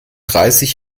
dreißig